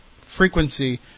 frequency